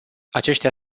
aceștia